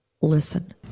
Listen